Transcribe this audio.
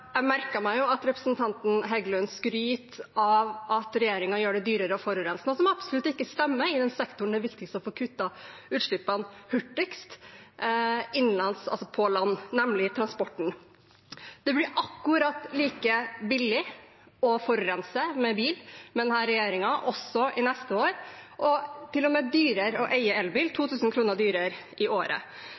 Jeg merker meg at representanten Heggelund skryter av at regjeringen gjør det dyrere å forurense, noe som absolutt ikke stemmer i den sektoren det er viktigst å få kutte utslippene hurtigst på land, nemlig transporten. Det blir akkurat like billig å forurense med bil men denne regjeringen til neste år, og til og med dyrere å eie elbil – 2 000 kr dyrere i året.